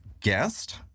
guest